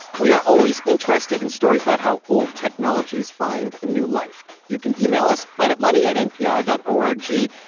we are always interested in stories about how old technologies find a new life. you can email us planetmoney at npr dot o r g.